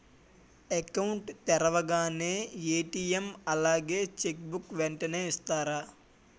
Account తెరవగానే ATM అలాగే cheque book వెంటనే ఇస్తారా?